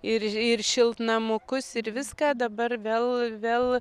ir ir šiltnamukus ir viską dabar vėl vėl